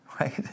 right